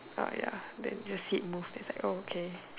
uh ya then just see it move then like okay